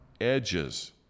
edges